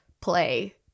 play